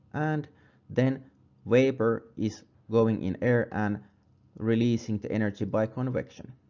and then vapor is going in air and releasing the energy by convection.